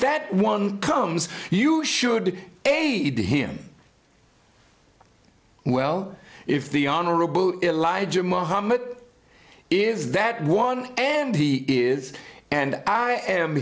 that one comes you should aid him well if the honorable elijah muhammad is that one and he is and i am